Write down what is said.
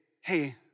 hey